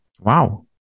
Wow